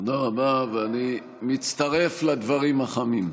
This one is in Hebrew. תודה רבה, ואני מצטרף לדברים החמים.